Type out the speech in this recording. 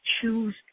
choose